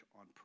on